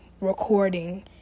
recording